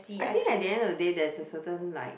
I think at the end of the day there's a certain like